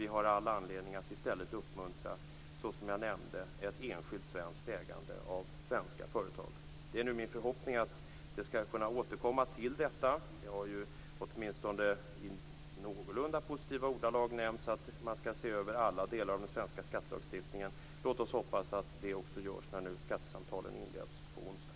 Vi har ju all anledning att i stället uppmuntra ett enskilt svenskt ägande av svenska företag. Det är nu min förhoppning att vi skall kunna återkomma till detta. Det har åtminstone i någorlunda positiva ordalag nämnts att man skall se över alla delar av den svenska skattelagstiftningen. Låt oss hoppas att det också görs när skattesamtalen inleds på onsdagen.